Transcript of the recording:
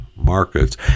Markets